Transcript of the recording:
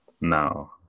Now